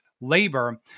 labor